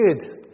good